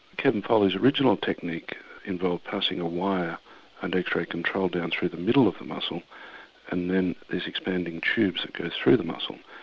kevin foley's original technique involved passing a wire under x-ray control down through the middle of the muscle and then these expanding tubes go through the muscle.